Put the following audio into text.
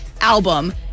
album